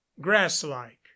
grass-like